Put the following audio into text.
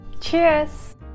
cheers